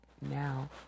now